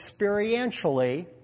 experientially